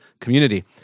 community